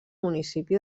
municipi